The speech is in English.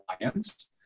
Alliance